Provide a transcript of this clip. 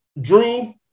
Drew